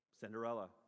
Cinderella